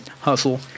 hustle